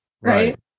Right